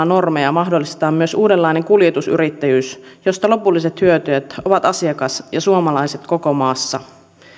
normien purkamisella mahdollistetaan myös uudenlainen kuljetusyrittäjyys josta lopulliset hyötyjät ovat asiakas ja suomalaiset koko maassa